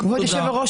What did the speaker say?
כבוד היושב-ראש,